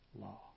law